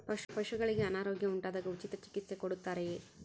ಪಶುಗಳಿಗೆ ಅನಾರೋಗ್ಯ ಉಂಟಾದಾಗ ಉಚಿತ ಚಿಕಿತ್ಸೆ ಕೊಡುತ್ತಾರೆಯೇ?